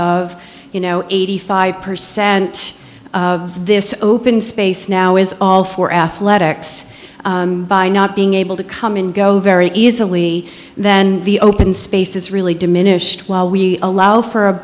of you know eighty five percent of this open space now is all for athletics by not being able to come and go very easily then the open space is really diminished while we allow for a